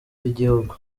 by’igihugu